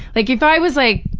like if i was, like,